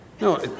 No